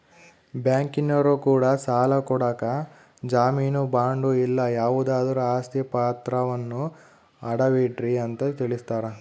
ಬ್ಯಾಂಕಿನರೊ ಕೂಡ ಸಾಲ ಕೊಡಕ ಜಾಮೀನು ಬಾಂಡು ಇಲ್ಲ ಯಾವುದಾದ್ರು ಆಸ್ತಿ ಪಾತ್ರವನ್ನ ಅಡವಿಡ್ರಿ ಅಂತ ತಿಳಿಸ್ತಾರ